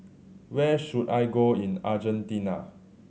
where should I go in Argentina